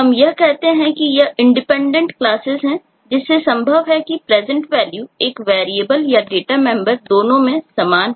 हम यह कहते हैं कि यह इंडिपेंडेंस क्लासेस दोनों में समान है